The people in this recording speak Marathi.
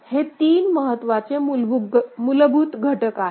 तर हे तीन महत्वाचे मूलभूत घटक आहेत